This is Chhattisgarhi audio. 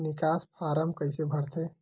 निकास फारम कइसे भरथे?